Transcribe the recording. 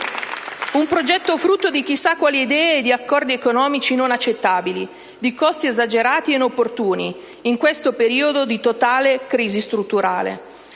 Un progetto frutto di chissà quali idee ed accordi economici non accettabili, di costi esagerati ed inopportuni in questo periodo di totale crisi strutturale.